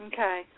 Okay